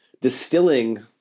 distilling